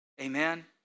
Amen